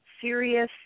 serious